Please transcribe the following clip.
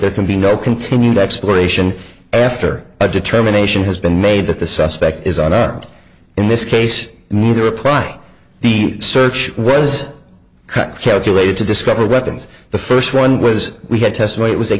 there can be no continued exploration after a determination has been made that the suspect is an armed in this case neither apply the search was calculated to discover weapons the first one was we had testimony it was a